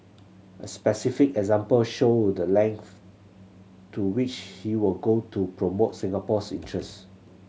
a specific example showed the length to which he will go to promote Singapore's interest